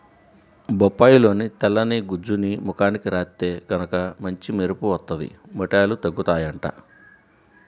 బొప్పాయిలోని తెల్లని గుజ్జుని ముఖానికి రాత్తే గనక మంచి మెరుపు వత్తది, మొటిమలూ తగ్గుతయ్యంట